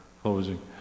closing